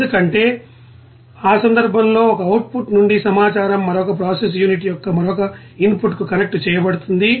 ఎందుకంటే ఆ సందర్భంలో ఒక అవుట్పుట్ నుండి సమాచారం మరొక ప్రాసెస్ యూనిట్ యొక్క మరొక ఇన్పుట్కు కనెక్ట్ చేయబడుతుంది